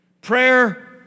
Prayer